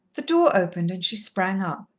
the door opened and she sprang up.